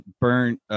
Burn